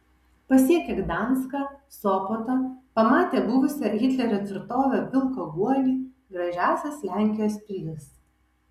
pasiekia gdanską sopotą pamatė buvusią hitlerio tvirtovę vilko guolį gražiąsias lenkijos pilis